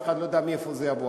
אף אחד לא יודע מאיפה זה יבוא,